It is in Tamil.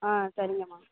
ஆ சரிங்க அம்மா